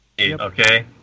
Okay